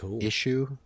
issue